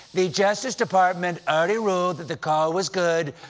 the justice department already ruled that the call was good.